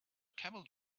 camel